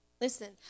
Listen